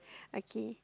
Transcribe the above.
okay